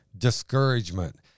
Discouragement